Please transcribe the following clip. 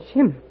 Jim